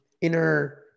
inner